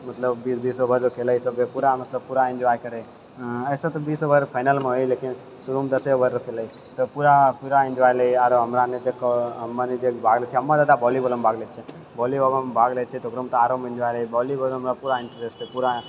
मतलब बीस बीस ओवरके खेल होइ छै ओकरा पूरा मतलब पूरा इन्जॉय करैया अइसे तऽ बीस ओवर फाइनल मे होइया लेकिन शुरुमे दसे ओवरके खेल होइ छै तऽ पूरा पूरा इन्जॉय लेइया आरू हमरा सनि तऽ मने जे भाग लै छै हमे जादा वोलीबॉल मे भाग लै छियै वोलीबॉल मे भाग लै छियै तऽ ओकरामे तऽ आरू इन्जॉय लै छियै वोलीबॉल मे हमरा पूरा इन्टरेस्ट अछि पूरा